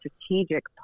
strategic